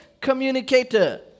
communicator